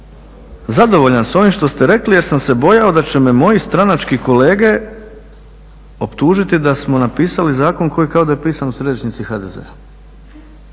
zadovoljan s ovim što ste rekli jer sam se bojao da će me moji stranački kolege optužiti da smo napisali zakon koji kao da je pisan u središnjici HDZ-a,